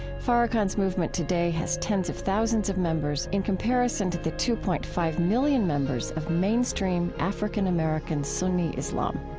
farrakhan's movement today has tens of thousands of members in comparison to the two point five million members of mainstream african-american sunni islam.